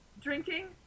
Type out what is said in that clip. drinking